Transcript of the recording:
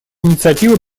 инициатива